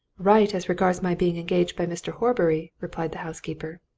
right as regards my being engaged by mr. horbury, replied the housekeeper.